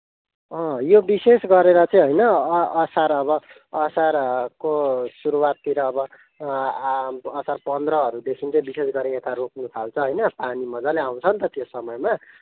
अँ यो विशेष गरेर चाहिँ होइन अँ असार अब असारको सुरुआततिर अब असार पन्ध्रहरूदेखि चाहिँ विशेष गरेर यता रोप्नु थाल्छ होइन पानी मजाले आउँछ नि त यो समयमा